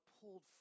pulled